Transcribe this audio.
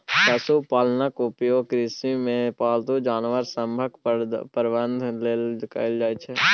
पशुपालनक उपयोग कृषिमे पालतू जानवर सभक प्रबंधन लेल कएल जाइत छै